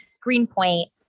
Greenpoint